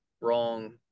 wrong